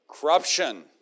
Corruption